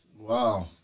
Wow